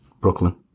Brooklyn